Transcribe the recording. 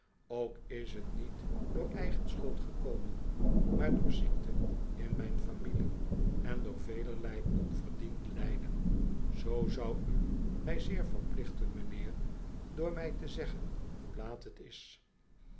ook is t niet door eigen schuld gekomen maar door ziekte in mijn familie en door velerlei onverdiend lyden zoo zou u mij zeer verplichten m'nheer door mij te zeggen hoe laat het is